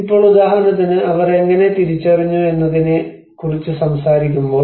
ഇപ്പോൾ ഉദാഹരണത്തിന് അവർ എങ്ങനെ തിരിച്ചറിഞ്ഞു എന്നതിനെക്കുറിച്ച് സംസാരിക്കുമ്പോൾ